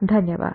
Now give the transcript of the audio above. धन्यवाद